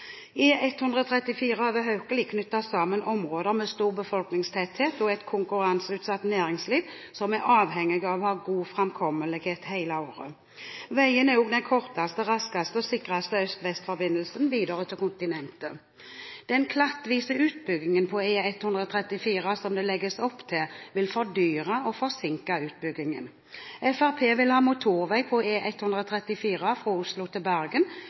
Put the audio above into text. og Statnett-modellen. E134 over Haukeli knytter sammen områder med stor befolkningstetthet og et konkurranseutsatt næringsliv som er avhengig av å ha god framkommelighet hele året. Veien er også den korteste, raskeste og sikreste øst–vest-forbindelsen og videre til kontinentet. Den klattvise utbyggingen på E134 som det legges opp til, vil fordyre og forsinke utbyggingen. Fremskrittspartiet vil ha motorvei på E134 fra Oslo til Bergen.